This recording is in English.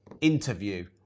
interview